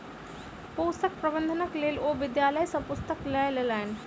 पोषक प्रबंधनक लेल ओ विद्यालय सॅ पुस्तक लय लेलैन